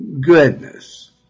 goodness